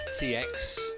TX